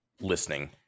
listening